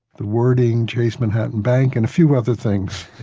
the wording chase manhattan bank and a few other things.